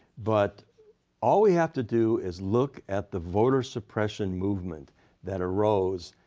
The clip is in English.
but all we have to do is look at the voter suppression movement that arose,